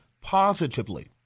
positively